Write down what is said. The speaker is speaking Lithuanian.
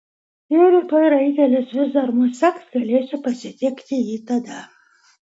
jei rytoj raitelis vis dar mus seks galėsiu pasitikti jį tada